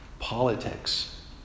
Politics